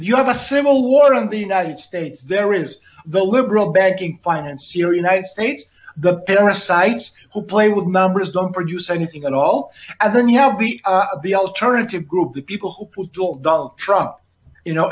you have a civil war in the united states there is the liberal banking financier united states the parasites who play with numbers don't produce anything at all and then you have the the alternative group of people who will do all dull trump you know